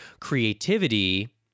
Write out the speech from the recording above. creativity